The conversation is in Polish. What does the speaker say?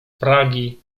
pragi